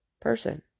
person